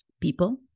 people